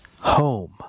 home